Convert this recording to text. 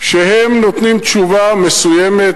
שנותנים תשובה מסוימת,